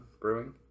Brewing